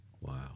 Wow